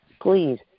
please